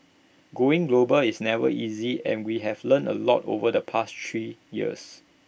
going global is never easy and we have learned A lot over the past three years